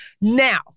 Now